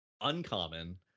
uncommon